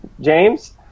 James